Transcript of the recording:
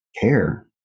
care